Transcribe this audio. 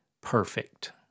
perfect